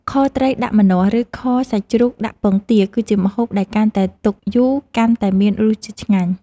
ខត្រីដាក់ម្នាស់ ឬខសាច់ជ្រូកដាក់ពងទា គឺជាម្ហូបដែលកាន់តែទុកយូរកាន់តែមានរសជាតិឆ្ងាញ់។